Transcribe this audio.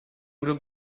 grup